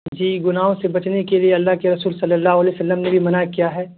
جی گناہوں سے بچنے کے لیے اللہ کے رسول صلی اللہ علیہ و سلم نے بھی منع کیا ہے